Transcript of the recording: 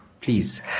please